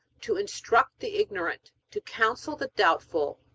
to instruct the ignorant, to counsel the doubtful,